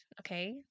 Okay